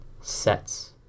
sets